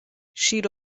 شیر